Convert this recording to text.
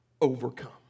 overcome